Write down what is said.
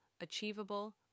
achievable